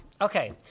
okay